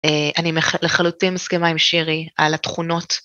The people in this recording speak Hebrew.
אני לחלוטין מסכימה עם שרי על התכונות.